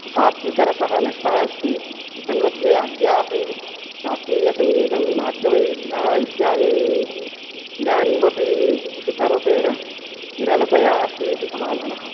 सात्विकरसः नष्टः अस्ति तन्मध्ये अद्यापि शास्त्रीयसङ्गीतं नाट्यवैविध्याः इत्यादि इदानीमपि शुद्धरूपेण विरलतया अस्तीति समाधानः